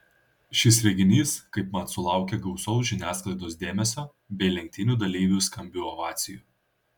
šis reginys kaipmat sulaukė gausaus žiniasklaidos dėmesio bei lenktynių dalyvių skambių ovacijų